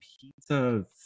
pizza